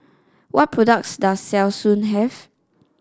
what products does Selsun have